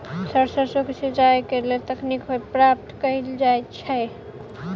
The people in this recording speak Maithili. सर सैरसो केँ सिचाई केँ लेल केँ तकनीक केँ प्रयोग कैल जाएँ छैय?